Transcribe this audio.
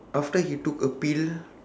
after he took a pill